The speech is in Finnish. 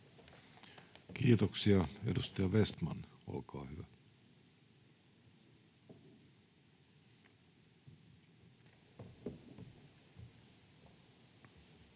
Kiitoksia. — Edustaja Vestman, olkaa hyvä.